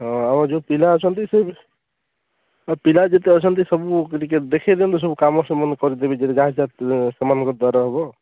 ହଁ ଆଉ ଯେଉଁ ପିଲା ଅଛନ୍ତି ସେ ପିଲା ପିଲା ଯେତେ ଅଛନ୍ତି ସବୁ ଟିକିଏ ଦେଖେଇ ଦିଅନ୍ତୁ ସବୁ କାମ ସେମାନେ କରିଦେବେ ଯାହା ଯାହା ସେମାନଙ୍କ ଦ୍ୱାରା ହବ